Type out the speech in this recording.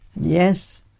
Yes